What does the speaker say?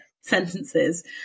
sentences